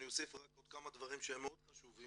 אני אוסיף רק עוד כמה דברים שהם מאוד חשובים,